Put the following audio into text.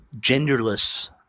genderless